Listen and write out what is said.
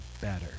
better